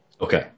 Okay